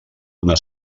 una